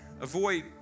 avoid